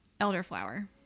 elderflower